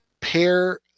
pair